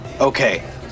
okay